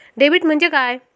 Debit म्हणजे काय?